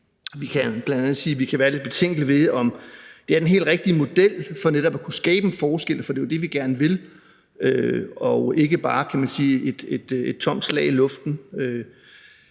kan vi være lidt betænkelige ved, om det er den helt rigtige model for netop at kunne skabe en forskel, for det er jo det, vi gerne vil, så det ikke bare er et slag i luften.